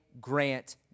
grant